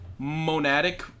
monadic